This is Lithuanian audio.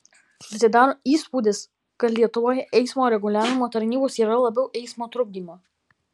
susidaro įspūdis kad lietuvoje eismo reguliavimo tarnybos yra labiau eismo trukdymo